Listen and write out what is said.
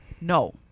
No